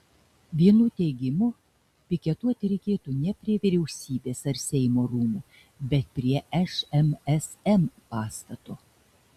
vienų teigimu piketuoti reiktų ne prie vyriausybės ar seimo rūmų bet prie šmsm pastato